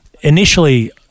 initially